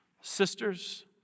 sisters